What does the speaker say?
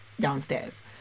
downstairs